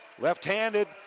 Left-handed